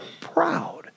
proud